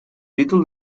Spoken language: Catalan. títol